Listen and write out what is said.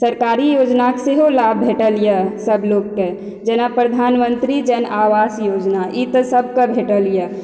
सरकारी योजनाक सेहो लाभ भेटल यऽ सबलोग के जेना प्रधानमंत्री जन आवास योजना इ तऽ सब कऽ भेटल यऽ